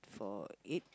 for eight